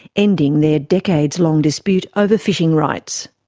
ending their decades-long dispute over fishing rights.